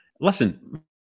Listen